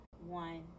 one